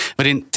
Waarin